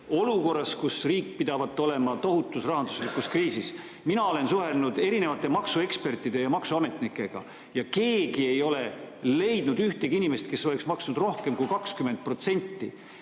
olukorras, kus riik pidavat olema tohutus rahanduslikus kriisis. Mina olen suhelnud erinevate maksuekspertide ja maksuametnikega ja keegi ei ole leidnud ühtegi inimest, kes oleks maksnud rohkem kui 20%.